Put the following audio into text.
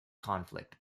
conflict